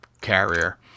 carrier